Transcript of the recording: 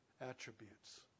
attributes